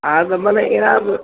हा त भले अहिड़ा बि